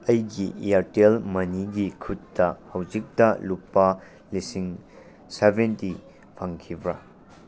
ꯑꯩꯒꯤ ꯏꯌꯥꯔꯇꯦꯜ ꯃꯅꯤꯒꯤ ꯈꯨꯠꯇ ꯍꯧꯖꯤꯛꯇ ꯂꯨꯄꯥ ꯂꯤꯁꯤꯡ ꯁꯕꯦꯟꯇꯤ ꯐꯪꯈꯤꯕ꯭ꯔꯥ